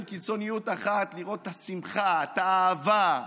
קיצוניות אחת, לראות את השמחה, את האהבה,